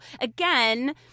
again